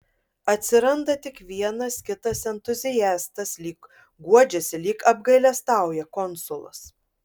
atsiranda tik vienas kitas entuziastas lyg guodžiasi lyg apgailestauja konsulas